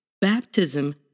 Baptism